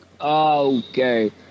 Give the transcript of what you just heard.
okay